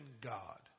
God